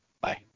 Bye